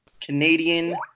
Canadian